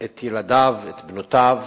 את ילדיו, את בנותיו,